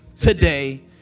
today